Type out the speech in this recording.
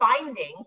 findings